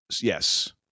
yes